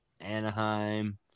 Anaheim